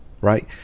right